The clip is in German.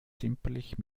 zimperlich